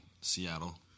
Seattle